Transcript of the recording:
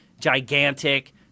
gigantic